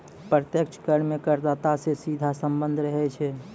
प्रत्यक्ष कर मे करदाता सं सीधा सम्बन्ध रहै छै